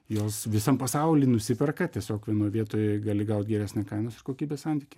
jos visam pasauly nusiperka tiesiog vienoj vietoj gali gauti geresnį kainos kokybės santykį